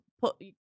put